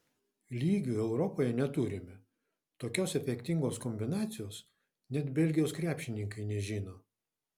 lygių europoje neturime tokios efektingos kombinacijos net belgijos krepšininkai nežino